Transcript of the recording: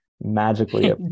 magically